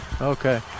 Okay